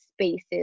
spaces